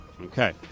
okay